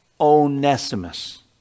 onesimus